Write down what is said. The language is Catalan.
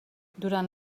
durant